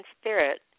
spirit